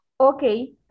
Okay